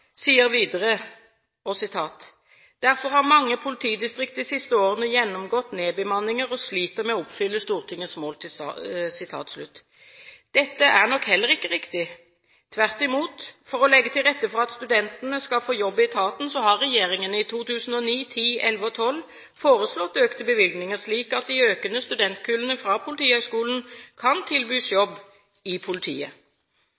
har mange politidistrikt de siste årene gjennomgått nedbemanninger og sliter med å oppfylle Stortingets mål.» Dette er nok heller ikke riktig, tvert imot: For å legge til rette for at studentene skal få jobb i etaten, har regjeringen i 2009, 2010, 2011 og 2012 foreslått økte bevilgninger, slik at de økende studentkullene fra Politihøgskolen kan tilbys